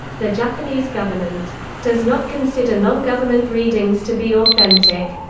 the japanese government does not consider nongovernment readings to be authentic.